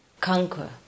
conquer